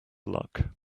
luck